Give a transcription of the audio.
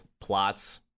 plots